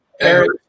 Eric